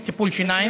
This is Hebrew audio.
של טיפול שיניים,